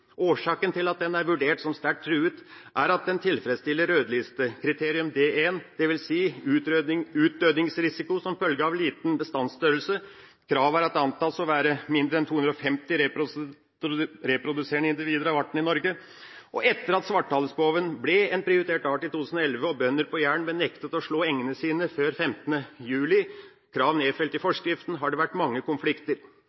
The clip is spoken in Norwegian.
Årsaken til at den er vurdert som sterkt truet, er at den tilfredsstiller rødlistekriterium D1, dvs. utdøingsrisiko som følge av liten bestandsstørrelse – kravet er at det antas å være mindre enn 250 reproduserende individer av arten i Norge. Etter at svarthalespoven ble en prioritert art i 2011 og bønder på Jæren ble nektet å slå engene sine før 15. juli – et krav nedfelt i